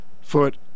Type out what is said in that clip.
foot